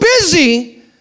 busy